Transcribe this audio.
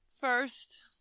first